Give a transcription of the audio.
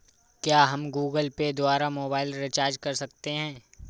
क्या हम Google Pay द्वारा मोबाइल रिचार्ज कर सकते हैं?